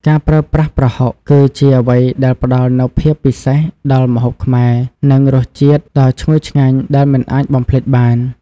ការប្រើប្រាស់ប្រហុក គឺជាអ្វីដែលផ្តល់នូវភាពពិសេសដល់ម្ហូបខ្មែរ និងរសជាតិដ៏ឈ្ងុយឆ្ងាញ់ដែលមិនអាចបំភ្លេចបាន។